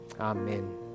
Amen